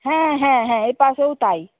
হ্যাঁ হ্যাঁ হ্যাঁ এপাশেও তাই